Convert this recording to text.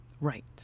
Right